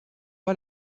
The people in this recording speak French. pas